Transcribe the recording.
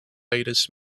aires